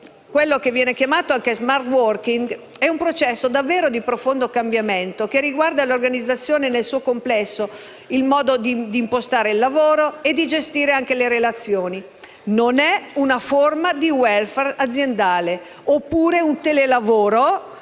Quello che viene chiamato anche *smart working* è un processo davvero di profondo cambiamento che riguarda l'organizzazione nel suo complesso, il modo di impostare il lavoro e di gestire anche le relazioni. Non è una forma di *welfare* aziendale e neppure un telelavoro